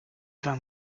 vins